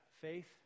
faith